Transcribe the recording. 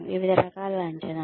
వివిధ రకాల అంచనాలు